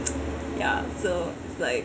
ya so like